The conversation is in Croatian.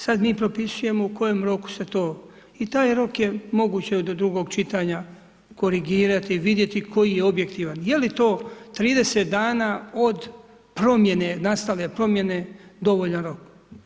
Sada mi propisujemo u kojem roku se to i taj rok je moguće do drugog čitanja korigirati, vidjeti koji je objektivan, je li to 30 dana od promjene nastale promjene dovoljan rok.